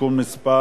(תיקון מס'